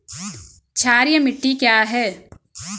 क्षारीय मिट्टी क्या है?